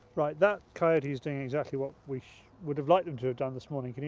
right that coyote is doing exactly what we would have liked them to have done this morning.